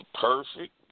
Perfect